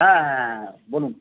হ্যাঁ হ্যাঁ বলুন